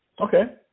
Okay